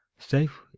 Safe